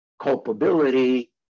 culpability